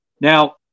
Now